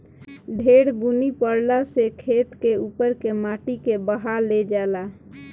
ढेर बुनी परला से खेत के उपर के माटी के बहा ले जाला